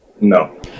No